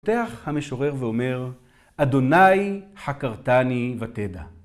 פותח המשורר ואומר, ה' חקרתני ותדע.